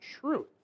truth